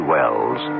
Wells